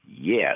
Yes